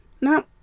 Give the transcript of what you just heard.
Now